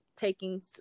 taking